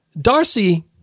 Darcy